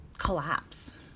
collapse